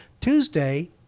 Tuesday